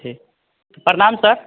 ठीक प्रणाम सर